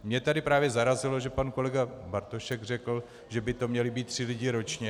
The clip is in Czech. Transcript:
Mě tady právě zarazilo, že pan kolega Bartošek řekl, že by to měli být tři lidé ročně.